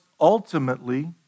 ultimately